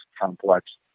complex